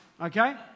Okay